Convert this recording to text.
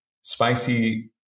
spicy